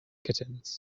kittens